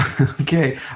okay